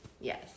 Yes